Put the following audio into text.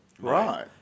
right